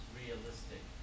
realistic